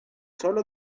solo